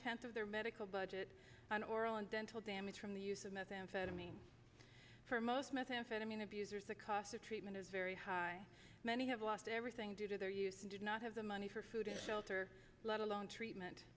tenth of their medical budget on oral and dental damage from the use of methamphetamine for most methamphetamine abusers the cost of treatment is very high many have lost everything due to their use and did not have the money for food and shelter let alone treatment